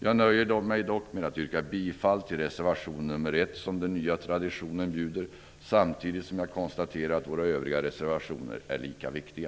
Jag nöjer mig dock, som den nya traditionen bjuder, med att yrka bifall endast till reservation nr 1. Samtidigt vill jag konstatera att våra övriga reservationer är lika viktiga.